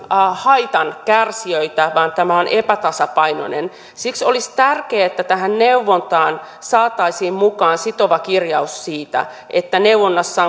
haitankärsijöitä vaan tämä on epätasapainoinen siksi olisi tärkeää että tähän neuvontaan saataisiin mukaan sitova kirjaus siitä että neuvonnassa